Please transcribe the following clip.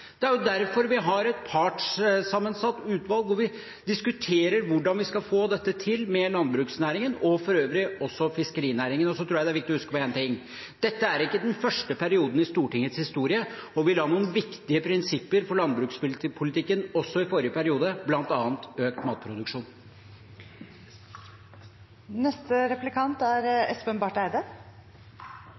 landbruket er jo med på det. Det er derfor vi har et partssammensatt utvalg hvor vi diskuterer hvordan vi skal få dette til, med landbruksnæringen og for øvrig også med fiskerinæringen. Så tror jeg det er viktig å huske på én ting: Dette er ikke den første perioden i Stortingets historie. Vi la noen viktige prinsipper for landbrukspolitikken også i forrige periode, bl.a. økt